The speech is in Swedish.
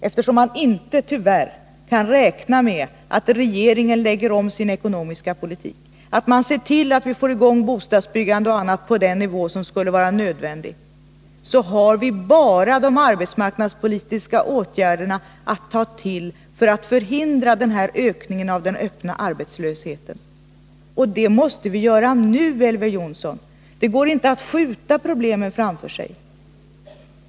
Eftersom man inte — tyvärr — kan räkna med att regeringen lägger om sin ekonomiska politik, att den ser till att vi får i gång bostadsbyggande och annat på den nivå som skulle vara nödvändig, har vi bara arbetsmarknadspolitiska åtgärder att ta till för att förhindra den här ökningen av den öppna arbetslösheten. Och de åtgärderna måste vi ta till nu, Elver Jonsson. Det går inte att skjuta problemen framför sig.